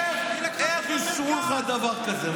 איך אישרו לך דבר כזה?